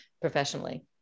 professionally